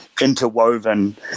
interwoven